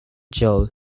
joe